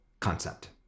Concept